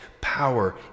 power